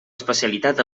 especialitat